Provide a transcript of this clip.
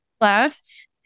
left